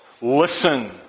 Listen